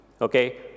okay